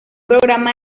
programa